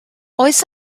oes